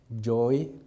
joy